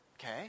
okay